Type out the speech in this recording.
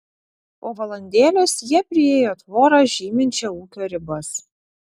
po valandėlės jie priėjo tvorą žyminčią ūkio ribas